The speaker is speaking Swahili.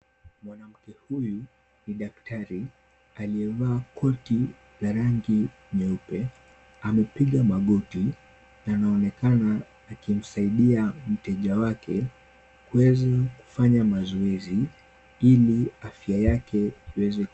Mwanamke huyu ni daktari aliyevaa koti la rangi nyeupe, amepiga magoti na anaonekana akimsaidia mteja wake kuweza kufanya mazoezi ili afya yake iweze.